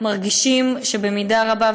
מרגישים שבמידה רבה,